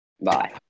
Bye